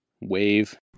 wave